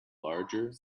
larger